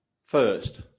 First